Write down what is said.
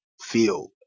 feel